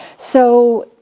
so,